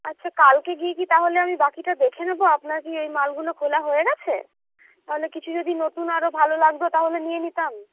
আচ্ছা কালকে গিয়ে কি তাহলে আমি বাকিটা দেখে নেবো আপনার কি ওই মালগুলো খোলা হয়ে গেছে তাহলে কিছু যদি নতুন আরও ভালো লাগতো তাহলে নিয়ে নিতাম